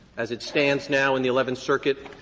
as it stands now in the eleventh circuit,